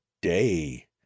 day